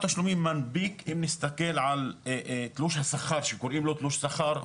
אם נסתכל על תלוש השכר שקוראים לו תלוש שכר,